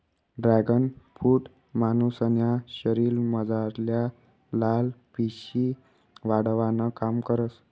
dragon fruit मानुसन्या शरीरमझारल्या लाल पेशी वाढावानं काम करस